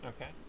Okay